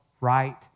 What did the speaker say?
right